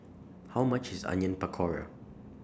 How much IS Onion Pakora